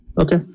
Okay